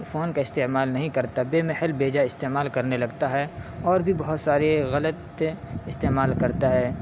phone کا استعمال نہیں کرتا بےمحل بےجا استعمال کرنے لگتا ہے اور بھی بہت سارے غلط استعمال کرتا ہے